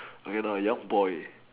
okay now a young boy